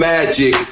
Magic